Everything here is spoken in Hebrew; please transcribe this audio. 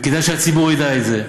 וכדאי שהציבור ידע את זה.